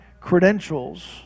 credentials